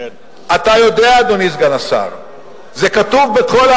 הצעת חוק החינוך הבלתי-פורמלי.